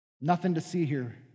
nothing-to-see-here